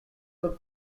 but